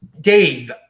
Dave